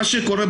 מה שקורה,